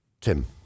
Tim